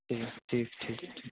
ठीक ठीक ठीक ठीक